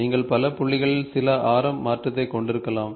நீங்கள் பல புள்ளிகளில் சில ஆரம் மாற்றத்தைக் கொண்டிருக்கலாம்